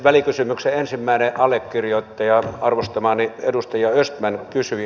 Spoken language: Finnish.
välikysymyksen ensimmäinen allekirjoittaja arvostamani edustaja östman kysyi